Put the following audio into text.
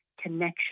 connection